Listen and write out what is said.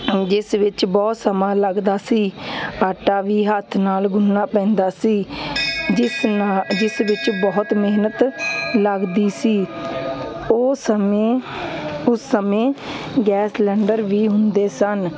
ਜਿਸ ਵਿੱਚ ਬਹੁਤ ਸਮਾਂ ਲੱਗਦਾ ਸੀ ਆਟਾ ਵੀ ਹੱਥ ਨਾਲ ਗੁੰਨਣਾ ਪੈਂਦਾ ਸੀ ਜਿਸ ਨਾ ਜਿਸ ਵਿੱਚ ਬਹੁਤ ਮਿਹਨਤ ਲੱਗਦੀ ਸੀ ਉਹ ਸਮੇਂ ਉਸ ਸਮੇਂ ਗੈਸ ਸਿਲੰਡਰ ਵੀ ਹੁੰਦੇ ਸਨ